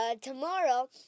tomorrow